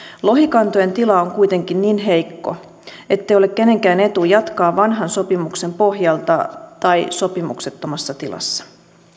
lohikantojen tila on kuitenkin niin heikko ettei ole kenenkään etu jatkaa vanhan sopimuksen pohjalta tai sopimuksettomassa tilassa